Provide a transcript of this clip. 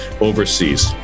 overseas